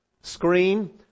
screen